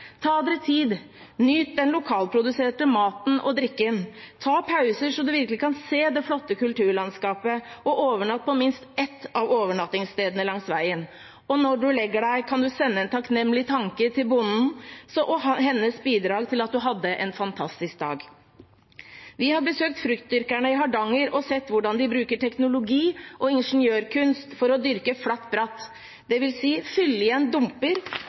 Ta dere tid, nyt den lokalproduserte maten og drikken, ta pauser så du virkelig kan se det flotte kulturlandskapet, og overnatt på minst ett av overnattingstedene langs veien. Og når du legger deg, kan du sende en takknemlig tanke til bonden og hennes bidrag til at du hadde en fantastisk dag. Vi har besøkt fruktdyrkere i Hardanger og sett hvordan de bruker teknologi og ingeniørkunst for å dyrke flatt-bratt, dvs. å fylle igjen dumper